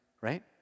right